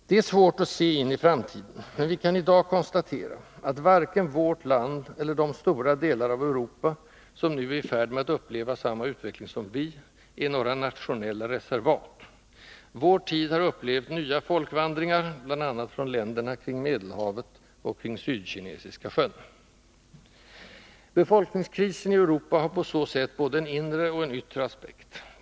Det är svårt att se in i framtiden, men vi kan i dag konstatera, att varken vårt land eller de stora delar av Europa, som nu är i färd med att uppleva samma utveckling som vi, är några nationella reservat — vår tid har upplevt nya folkvandringar bl.a. från länderna kring Medelhavet och kring Sydkinesiska sjön. Befolkningskrisen i Europa har på så sätt både en inre och en yttre aspekt.